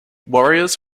warriors